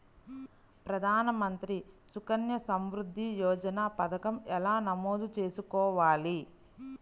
ప్రధాన మంత్రి సుకన్య సంవృద్ధి యోజన పథకం ఎలా నమోదు చేసుకోవాలీ?